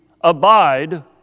abide